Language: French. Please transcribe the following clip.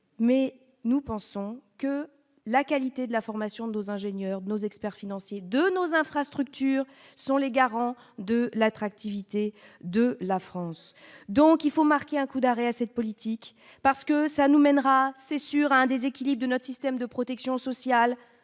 mais nous pensons que la qualité de la formation de nos ingénieurs, nos experts financiers de nos infrastructures sont les garants de l'attractivité de la France, donc il faut marquer un coup d'arrêt à cette politique parce que ça nous mènera, c'est sur un déséquilibre de notre système de protection sociale